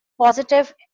positive